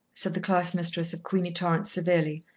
said the class-mistress of queenie torrance severely,